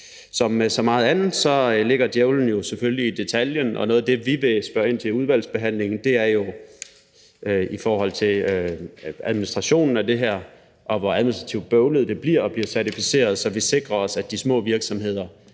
så meget andet ligger djævlen jo selvfølgelig i detaljen, og noget af det, vi vil spørge ind til i udvalgsbehandlingen, er jo i forhold til administrationen af det her, og hvor administrativt bøvlet det bliver at blive certificeret, så vi sikrer os, at de små virksomheder